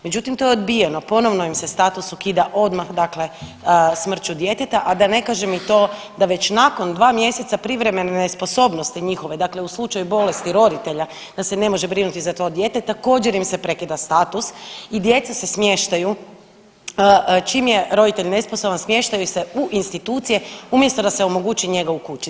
Međutim, to je odbijeno ponovno im se status ukida odmah dakle smrću djeteta, a da ne kažem i to da već nakon 2 mjeseca privremene nesposobnosti njihove dakle u slučaju bolesti roditelja da se ne može brinuti za to dijete također im se prekida status i djeca se smještaju čim je roditelj nesposoban smještaju se u institucije umjesto da se omogući njega u kući.